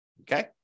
Okay